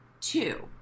two